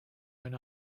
own